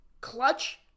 Clutch